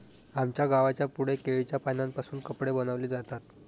आमच्या गावाच्या पुढे केळीच्या पानांपासून कपडे बनवले जातात